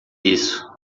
isso